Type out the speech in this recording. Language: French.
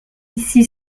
ici